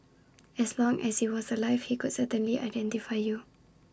as long as he was alive he could certainly identify you